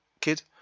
kid